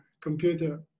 Computer